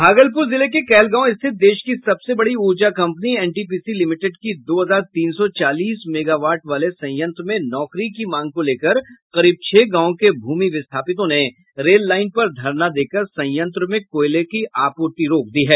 भागलपुर जिले के कहलगांव स्थित देश की सबसे बड़ी ऊर्जा कंपनी एनटीपीसी लिमिटेड की दो हजार तीन सौ चालीस मेगावाट वाले संयंत्र में नौकरी की मांग को लेकर करीब छह गांवों के भूमि विस्थापितों ने रेल लाइन पर धरना देकर संयंत्र में कोयले की आपूर्ति रोक दी है